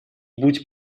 будь